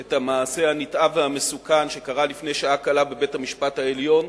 את המעשה הנתעב והמסוכן שקרה לפני שעה קלה בבית-המשפט העליון,